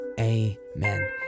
amen